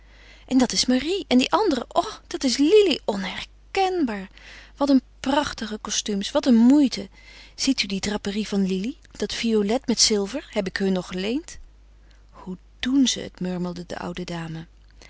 en dat is marie en die andere o dat is lili onherkenbaar wat een prachtige costumes wat een moeite ziet u die draperie van lili dat violet met zilver heb ik hun nog geleend hoe doen ze het murmelde de oude dame